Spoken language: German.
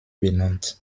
benannt